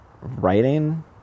writing